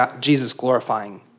Jesus-glorifying